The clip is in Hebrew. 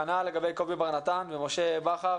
כנ"ל לגבי קובי בר נתן ומשה בכר